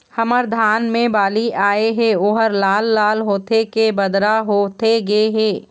हमर धान मे बाली आए हे ओहर लाल लाल होथे के बदरा होथे गे हे?